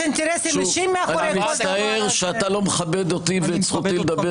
אני מצטער שאתה לא מכבד אותי ואת זכותי לדבר